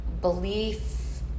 belief